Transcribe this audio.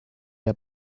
der